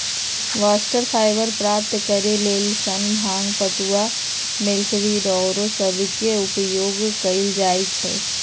bast fibre प्राप्त करेके लेल सन, भांग, पटूआ, मिल्कवीड आउरो सभके उपयोग कएल जाइ छइ